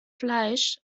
fleisch